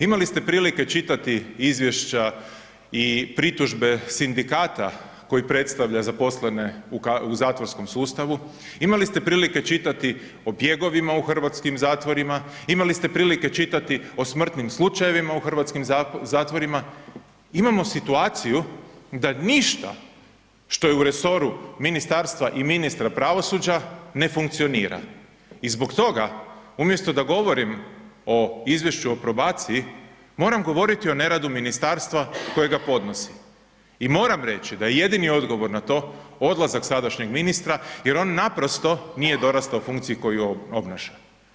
Imali ste prilike čitati izvješća i pritužbe sindikata koji predstavlja zaposlene u zatvorskom sustavu, imali ste prilike čitati o bjegovima u hrvatskim zatvorima, imali ste prilike čitati, imali ste prilike čitati o smrtnim slučajevima u hrvatskim zatvorima, imamo situaciju da ništa što je u resoru ministarstva i ministra pravosuđa ne funkcionira i zbog toga, umjesto da govorim o izvješću o probaciji, moram govoriti o neradu ministarstva kojega podnosim i moram reći da je jedini odgovor na to odlazak sadašnjeg ministra jer on naprosto nije dorastao funkciji koju obnaša.